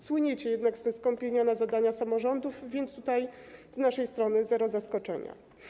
Słyniecie jednak ze skąpienia na zadania samorządów, więc tutaj z naszej strony zero zaskoczenia.